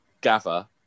gather